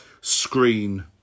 screen